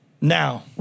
Now